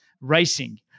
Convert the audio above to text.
racing